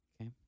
Okay